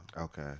Okay